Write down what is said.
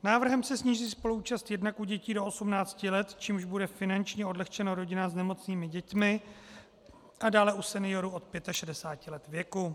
Návrhem se sníží spoluúčast jednak u dětí do 18 let, čímž bude finančně odlehčeno rodinám s nemocnými dětmi, a dále u seniorů od 65 let věku.